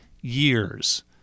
years